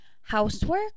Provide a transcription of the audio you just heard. housework